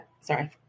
Sorry